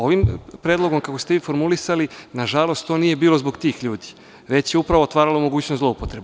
Ovim predlogom, kako ste vi formulisali, nažalost, to nije bilo zbog tih ljudi, već je upravo otvaralo mogućnost zloupotreba.